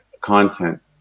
content